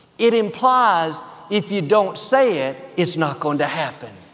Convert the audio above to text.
it implies if you don't say it, it's not going to happen.